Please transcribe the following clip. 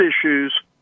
issues